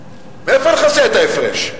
מאיפה נכסה את ההפרש?